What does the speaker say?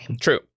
True